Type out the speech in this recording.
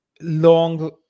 long